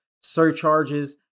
surcharges